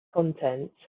content